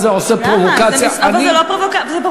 זה מסמך של הכנסת.